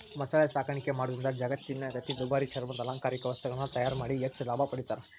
ಮೊಸಳೆ ಸಾಕಾಣಿಕೆ ಮಾಡೋದ್ರಿಂದ ಜಗತ್ತಿನ್ಯಾಗ ಅತಿ ದುಬಾರಿ ಚರ್ಮದ ಅಲಂಕಾರಿಕ ವಸ್ತುಗಳನ್ನ ತಯಾರ್ ಮಾಡಿ ಹೆಚ್ಚ್ ಲಾಭ ಪಡಿತಾರ